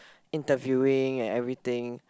interviewing and everything